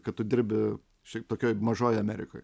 kad tu dirbi šiaip tokioj mažoj amerikoj